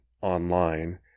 online